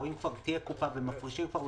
או אם תהיה קופה ואחר כך מפרישים לה,